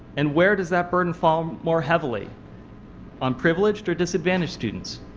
and where does that burden fall more heavily on privileged or disadvantaged students?